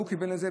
והוא כיוון לזה,